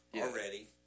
already